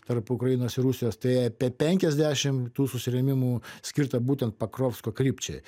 tarp ukrainos ir rusijos tai apie penkiasdešimt tų susirėmimų skirtą būtent pakrovsko krypčiai